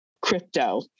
crypto